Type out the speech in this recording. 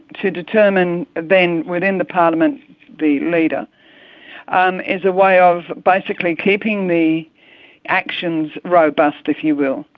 to determine then within the parliament the leader um is a way of basically keeping the actions robust, if you will.